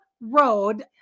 road